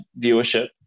viewership